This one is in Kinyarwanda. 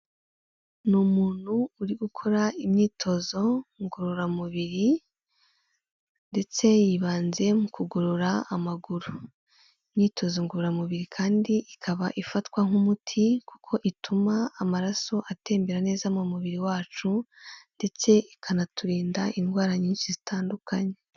Ni umuntu uri gukora imyitozo ngororamubiri ndetse yibanze mu kugorora amaguru, imyitozo ngororamubiri kandi ikaba ifatwa nk'umuti kuko ituma amaraso atembera neza mu mubiri wacu ndetse ikanaturinda indwara nyinshi zitandukanye.